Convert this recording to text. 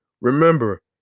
Remember